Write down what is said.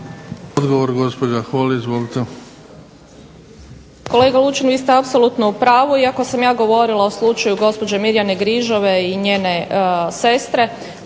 Odgovor gospođa Holy izvolite.